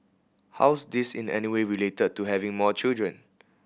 how's this in any way related to having more children